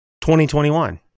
2021